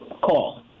call